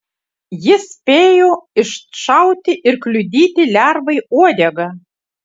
jis spėjo iššauti ir kliudyti lervai uodegą